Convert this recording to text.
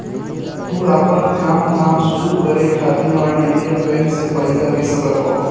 तू आपन काम धाम शुरू करे खातिर वाणिज्यिक बैंक से पईसा ले सकत हवअ